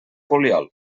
poliol